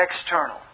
external